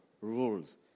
rules